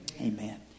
Amen